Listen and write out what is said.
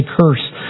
curse